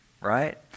right